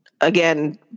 again